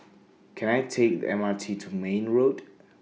Can I Take The M R T to Mayne Road